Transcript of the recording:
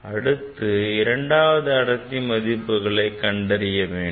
அடுத்தது இரண்டாவது அடர்த்திக்கு மதிப்புகளை கண்டறிய வேண்டும்